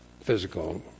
physical